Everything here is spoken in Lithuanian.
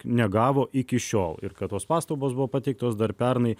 negavo iki šiol ir kad tos pastabos buvo pateiktos dar pernai